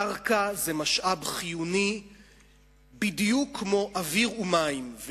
קרקע זה משאב חיוני בדיוק כמו אוויר ומים.